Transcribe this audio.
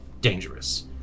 dangerous